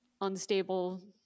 unstable